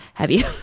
have you,